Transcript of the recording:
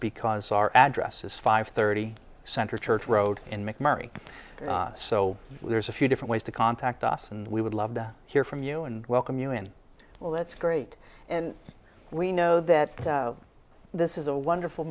because our address is five thirty central church road in mcmurry so there's a few different ways to contact us and we would love to hear from you and welcome you in well that's great and we know that this is a wonderful